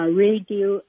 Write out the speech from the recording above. radio